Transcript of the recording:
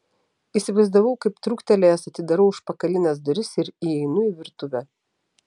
įsivaizdavau kaip trūktelėjęs atidarau užpakalines duris ir įeinu į virtuvę